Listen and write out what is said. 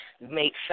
Make